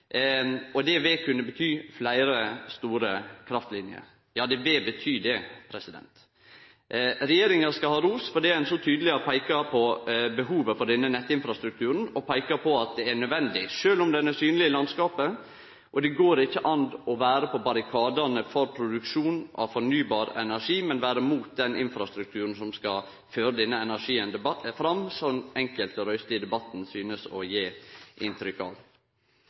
Det vil kunne bety fleire store kraftliner – ja, det vil bety det. Regjeringa skal ha ros fordi ein så tydeleg har peika på behovet for denne nettinfrastrukturen, og peika på at det er nødvendig sjølv om han er synleg i landskapet. Det går ikkje an å vere på barrikadane for produksjon av fornybar energi, men vere mot den infrastrukturen som skal føre denne energien fram, slik enkelte røyster i debatten synest å gje inntrykk av.